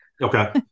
Okay